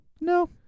No